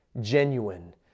genuine